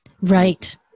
right